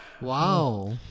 Wow